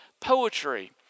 poetry